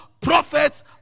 prophets